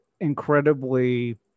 incredibly